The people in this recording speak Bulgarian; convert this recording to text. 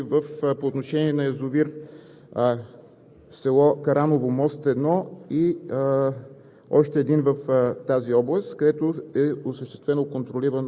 Подобни ситуации, които са изисквали по-сериозно наблюдение, е имало и по отношение на язовир в село Караново, Мост 1 и